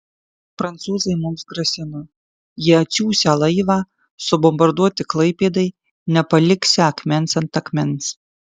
prancūzai mums grasino jie atsiųsią laivą subombarduoti klaipėdai nepaliksią akmens ant akmens